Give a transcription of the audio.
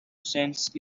cents